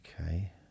Okay